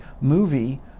movie